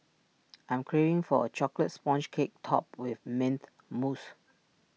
I am craving for A Chocolate Sponge Cake Topped with Mint Mousse